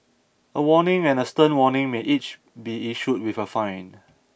a warning and a stern warning may each be issued with a fine